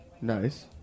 Nice